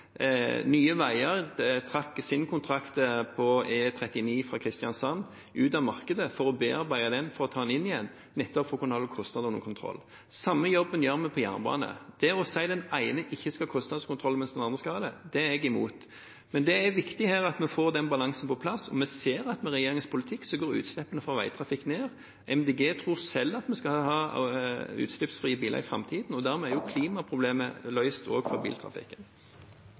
Nye Veier trakk sin kontrakt på E39 fra Kristiansand ut av markedet for å bearbeide den for så å ta den inn igjen, nettopp for å kunne holde kostnadene under kontroll. Det samme gjør vi på jernbane. Det å si at den ene ikke skal ha kostnadskontroll, mens den andre skal ha det, er jeg imot. Men det er viktig at vi får den balansen på plass, og vi ser at med regjeringens politikk går utslippene fra veitrafikken ned. Miljøpartiet De Grønne tror selv at vi skal ha utslippsfrie biler i framtiden, og da vil klimaproblemet bli løst også for biltrafikken.